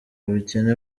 ubukene